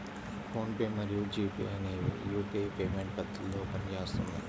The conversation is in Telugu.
ఫోన్ పే మరియు జీ పే అనేవి యూపీఐ పేమెంట్ పద్ధతిలో పనిచేస్తుంది